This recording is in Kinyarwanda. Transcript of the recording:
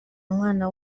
mwana